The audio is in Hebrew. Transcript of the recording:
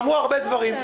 אמרו הרבה דברים.